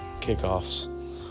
kickoffs